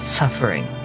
suffering